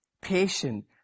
patient